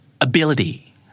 Ability